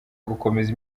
gukomeza